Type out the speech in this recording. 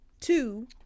Two